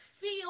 feel